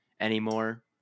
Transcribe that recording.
anymore